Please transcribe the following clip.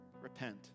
repent